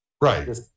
right